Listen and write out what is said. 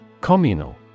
Communal